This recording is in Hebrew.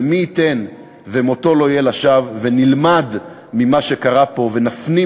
ומי ייתן שמותו לא יהיה לשווא ונלמד ממה שקרה פה ונפנים